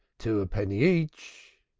two a penny each!